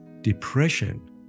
Depression